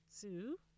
two